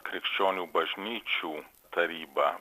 krikščionių bažnyčių taryba